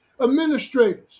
administrators